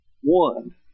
one